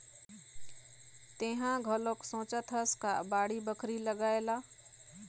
तेंहा घलोक सोचत हस का बाड़ी बखरी लगाए ला?